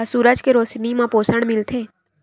का सूरज के रोशनी म पोषण मिलथे?